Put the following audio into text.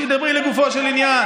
דברי לגופו של עניין.